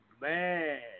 man